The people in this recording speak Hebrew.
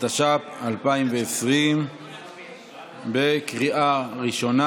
השר אדלשטיין מוסר שיש תקלה,